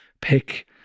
pick